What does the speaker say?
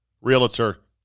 Realtor